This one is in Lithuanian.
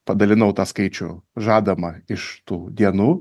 padalinau tą skaičių žadamą iš tų dienų